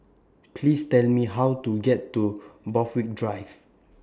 Please Tell Me How to get to Borthwick Drive